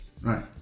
Right